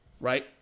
Right